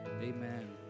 Amen